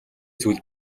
зүйл